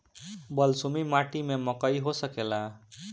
बलसूमी माटी में मकई हो सकेला?